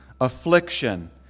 affliction